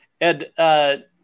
Ed